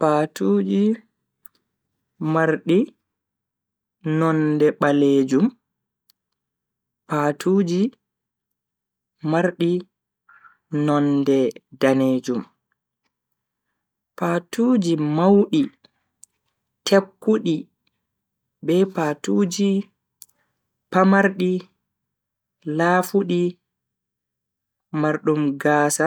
patuuji mardi nonde baleejum, patuuji mardi nonde danejum. Patuuji maudi tekkudi be patuuji pamardi laafudi mardum gaasa